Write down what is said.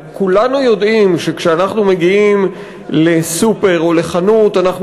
כולנו יודעים שכשאנחנו מגיעים לסופר או לחנות אנחנו